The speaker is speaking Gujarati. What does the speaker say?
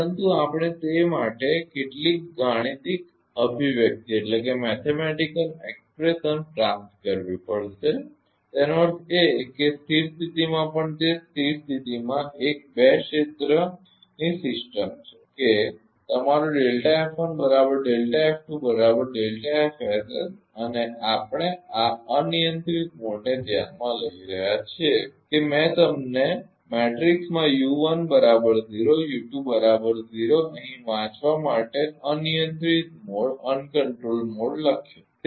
પરંતુ આપણે તે માટે કેટલીક ગાણિતિક અભિવ્યક્તિ પ્રાપ્ત કરવી પડશે તેનો અર્થ એ કે સ્થિર સ્થિતિમાં પણ તે સ્થિર સ્થિતિમાં એક બે ક્ષેત્રની સિસ્ટમ છે કે તમારો અને આપણે આ અનિયંત્રિત મોડને ધ્યાનમાં લઈ રહ્યા છીએ કે મેં તમને અહીં વાંચવા માટે અનિયંત્રિત મોડ લખ્યો છે